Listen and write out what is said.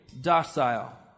docile